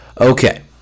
Okay